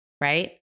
right